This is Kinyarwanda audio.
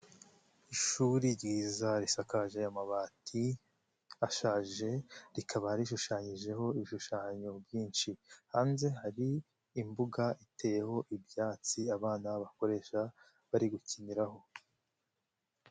Ishuri ryiza risakaje amabati ashaje, rikaba rishushanyijeho ibishushanyo byinshi, hanze hari imbuga iteyeho ibyatsi abana bakoresha bari gukiniraho.